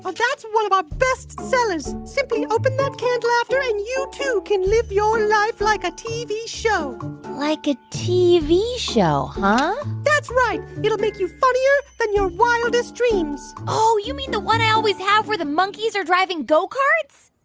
but that's one of our best-sellers. simply open that can of laughter, and you too can live your life like a tv show like a tv show, huh? that's right. it'll make you funnier than your wildest dreams oh, you mean the one i always have where the monkeys are driving go-karts?